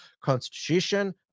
constitution